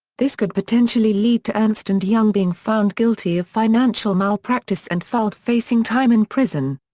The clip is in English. this could potentially lead to ernst and young being found guilty of financial malpractice and fuld facing time in prison.